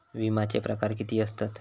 विमाचे प्रकार किती असतत?